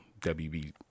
WB